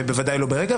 ובוודאי לא ברגע.